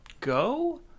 Go